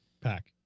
Pack